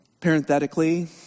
Parenthetically